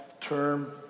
term